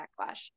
backlash